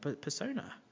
persona